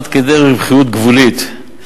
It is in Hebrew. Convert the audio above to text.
עד כדי רווחיות גבולית,